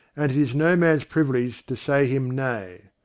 and it is no man's privilege to say him nay.